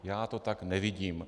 Já to tak nevidím.